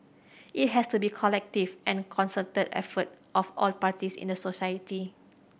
it has to be collective and concerted effort of all parties in the society